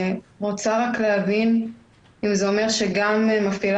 אני רוצה להבין אם זה אומר שגם מפעילי